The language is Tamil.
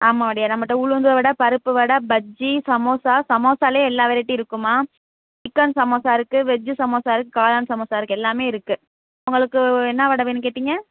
ஆமை வடையா நம்மட்ட உளுந்து வடை பருப்பு வடை பஜ்ஜி சமோசா சமோசாவிலே எல்லா வெரைட்டி இருக்கும்மா சிக்கன் சமோசா இருக்குது வெஜ்ஜூ சமோசா இருக்குது காளான் சமோசா இருக்குது எல்லாமே இருக்குது உங்களுக்கு என்ன வடை வேணும் கேட்டீங்க